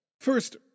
First